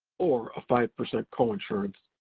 or, a five percent coinsurance,